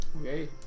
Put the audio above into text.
Okay